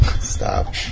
Stop